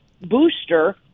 booster